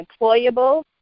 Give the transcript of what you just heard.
employable